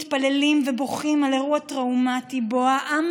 מתפללים ובוכים על אירוע טראומטי שבו העם